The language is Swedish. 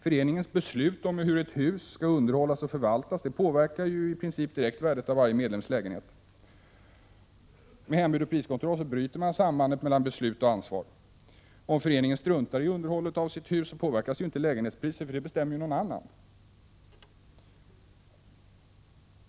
Föreningens beslut om hur ett hus skall underhållas och förvaltas påverkar i princip direkt värdet på varje medlemslägenhet. Med hembud och priskontroll bryter man sambandet mellan beslut och ansvar. Om föreningen struntar i underhållet av sitt hus, påverkas inte lägenhetspriset, för det bestämmer ju någon annan.